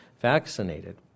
vaccinated